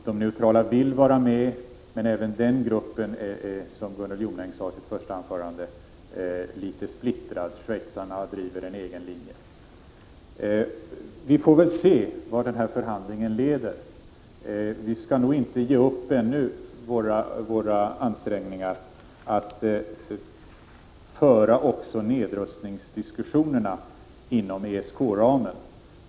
De neutrala vill vara med, men även den gruppen är — som Gunnel Jonäng sade i sitt första anförande -— litet splittrad. Schweizarna driver en egen linje. Vi får väl se vart den här förhandlingen leder. Vi skall nog inte ännu ge upp våra ansträngningar att föra också nedrustningsdiskussionerna inom ESK ramen.